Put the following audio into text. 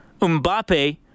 Mbappe